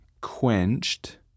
Quenched